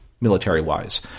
military-wise